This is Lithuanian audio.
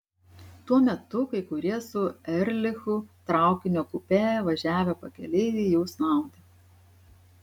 tuo metu kai kurie su erlichu traukinio kupė važiavę pakeleiviai jau snaudė